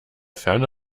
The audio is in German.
ferne